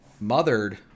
Mothered